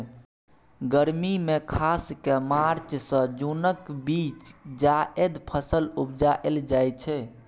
गर्मी मे खास कए मार्च सँ जुनक बीच जाएद फसल उपजाएल जाइ छै